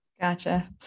Gotcha